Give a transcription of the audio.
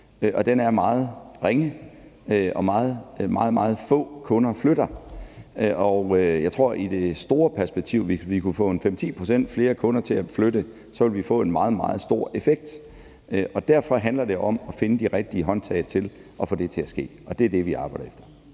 den er meget ringe. Meget få kunder flytter, og jeg tror, at hvis vi i det store perspektiv kunne få 5-10 pct. flere kunder til at flytte, ville vi få en meget, meget stor effekt. Derfor handler det om at finde de rigtige håndtag til at få det til at ske, og det er det, vi arbejder efter.